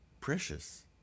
precious